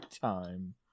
time